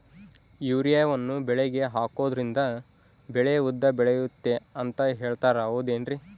ಯೂರಿಯಾವನ್ನು ಬೆಳೆಗೆ ಹಾಕೋದ್ರಿಂದ ಬೆಳೆ ಉದ್ದ ಬೆಳೆಯುತ್ತೆ ಅಂತ ಹೇಳ್ತಾರ ಹೌದೇನ್ರಿ?